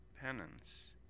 penance